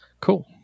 cool